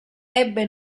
ebbe